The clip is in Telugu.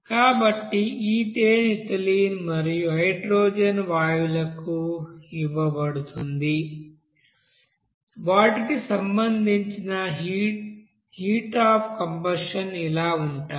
కాబట్టి ఈథేన్ ఇథిలీన్ మరియు హైడ్రోజన్ వాయువులకు ఇవ్వబడుతుంది వాటికి సంబంధించిన హీట్ అఫ్ కంబషన్స్ ఇలా ఉంటాయి